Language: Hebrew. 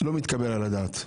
לא מתקבל על הדעת.